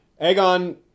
Aegon